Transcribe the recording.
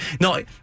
No